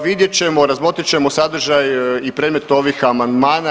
Vidjet ćemo, razmotrit ćemo sadržaj i predmet ovih amandmana.